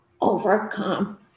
overcome